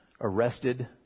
arrested